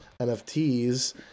NFTs